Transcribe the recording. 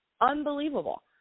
unbelievable